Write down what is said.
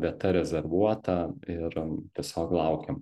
vieta rezervuota ir tiesiog laukiam